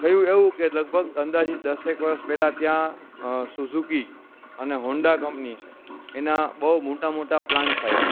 થયું એવું કે લગભગ અંદાજિત દસ એક વર્ષ પહેલાં ત્યાં સુઝુકી અને હોન્ડા કંપની છે એના બહુ મોટા મોટા પ્લાન્સ આવ્યા